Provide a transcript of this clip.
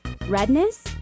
Redness